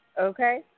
Okay